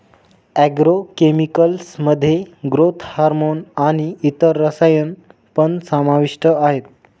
agro chemicals मध्ये growth hormone आणि इतर रसायन पण समाविष्ट आहेत